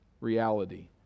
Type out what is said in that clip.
reality